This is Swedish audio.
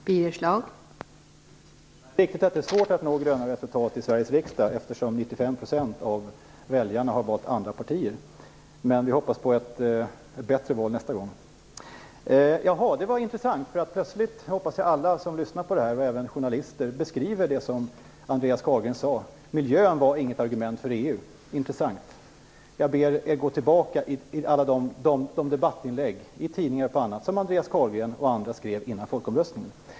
Fru talman! Det är riktigt att det är svårt att nå gröna resultat i Sveriges riksdag. 95 % av väljarna har ju valt andra partier. Men vi hoppas på ett bättre val nästa gång. Jaha, det var intressant. Jag hoppas att alla som lyssnar på debatten, även journalisterna, beskriver vad Andreas Carlgren sade. Plötsligt sade han ju att miljön inte var något argument för EU - intressant! Jag ber er gå tillbaka till alla de debattinlägg i exempelvis tidningar som Andreas Carlgren och andra skrev före folkomröstningen.